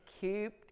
keep